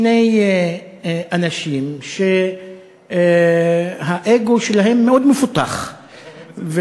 שני אנשים שהאגו שלהם מאוד מפותח,